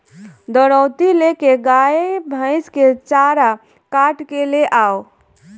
दराँती ले के गाय भईस के चारा काट के ले आवअ